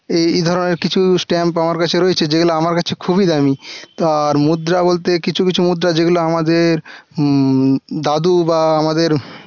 এই ধরনের কিছু স্ট্যাম্প আমার কাছে রয়েছে যেগুলো আমার কাছে খুবই দামি আর মুদ্রা বলতে কিছু কিছু মুদ্রা যেগুলো আমাদের দাদু বা আমাদের